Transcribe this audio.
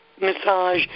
massage